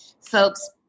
folks